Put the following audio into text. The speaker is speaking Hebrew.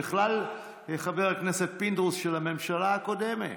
ובכלל, חבר הכנסת פינדרוס, הוא של הממשלה הקודמת.